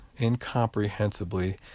incomprehensibly